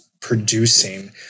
producing